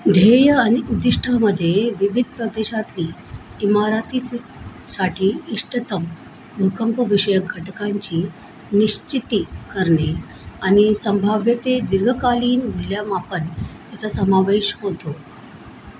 ध्येय आणि उद्दिष्टामध्ये विविध प्रदेशातली इमारतीसाठी इष्टतम भूकंपविषयक घटकांची निश्चिती करणे आणि संभाव्य ते दीर्घकालीन मूल्यमापन याचा समावेश होतो